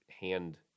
hand